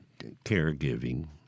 caregiving